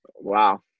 Wow